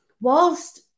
Whilst